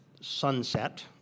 sunset